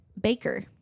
baker